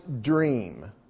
dream